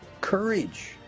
courage